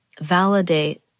validate